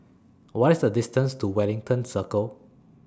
What IS The distance to Wellington Circle